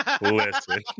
Listen